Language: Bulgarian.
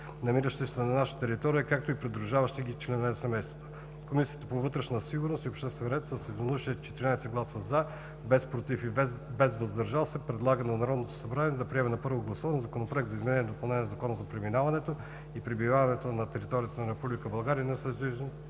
намираща се на наша територия, както и придружаващите ги членове на семействата. Комисията по вътрешна сигурност и обществен ред с единодушие с гласа 14 „за“, без „против“ и „въздържал се“ предлага на Народното събрание да приеме на първо гласуване Законопроект за изменение и допълнение на Закона за преминаването през и пребиваването на територията на Република България на съюзнически